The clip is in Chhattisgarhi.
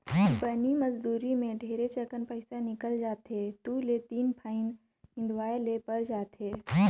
बनी मजदुरी मे ढेरेच अकन पइसा निकल जाथे दु ले तीन फंइत निंदवाये ले पर जाथे